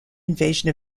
invasion